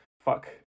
fuck